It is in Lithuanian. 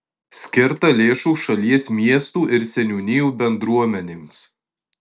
skirta lėšų šalies miestų ir seniūnijų bendruomenėms